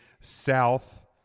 South